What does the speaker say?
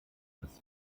das